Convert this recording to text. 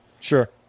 Sure